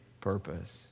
purpose